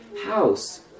house